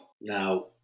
Now